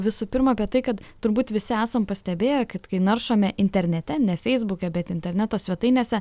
visų pirma apie tai kad turbūt visi esam pastebėję kad kai naršome internete ne feisbuke bet interneto svetainėse